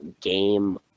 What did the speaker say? game